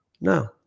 No